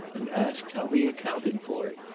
and asked how he accounted for it.